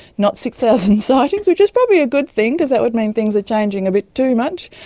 not six thousand sightings, which is probably a good thing because that would mean things are changing a bit too much.